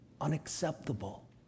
unacceptable